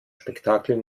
spektakel